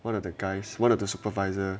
one of the guys one of the supervisor